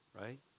right